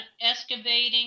excavating